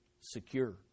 Secure